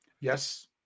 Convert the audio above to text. Yes